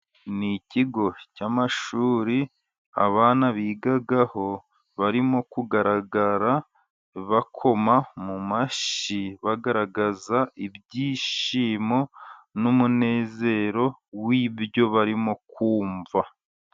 Ni ikigo cy' amashuri, abana bigaga ho bari mo kugaragara bakoma mu mashyi, bagaragaza ibyishimo n'umunezero w'ibyo bari mo kumva.